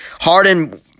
Harden